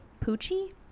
Poochie